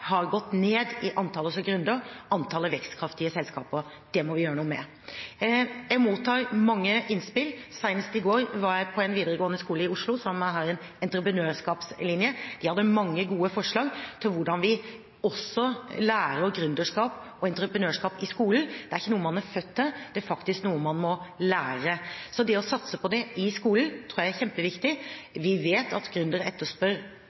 har gått ned. Det må vi gjøre noe med. Jeg mottar mange innspill. Senest i går var jeg på en videregående skole i Oslo som har en entreprenørskapslinje. De hadde mange gode forslag til hvordan vi også lærer gründerskap og entreprenørskap i skolen. Det er ikke noe man er født til – det er faktisk noe man må lære. Det å satse på det i skolen tror jeg er kjempeviktig. Vi vet at gründere etterspør